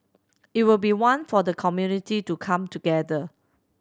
it will be one for the community to come together